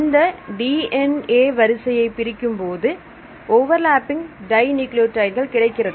இந்த DNA வரிசையை பிரிக்கும் போது ஓவர்லப்பிங் டை நியூக்ளியோடைடுகள் கிடைக்கிறது